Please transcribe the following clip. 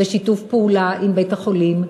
בשיתוף פעולה עם בית-החולים,